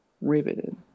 Riveted